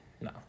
no